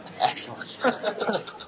Excellent